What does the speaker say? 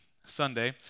Sunday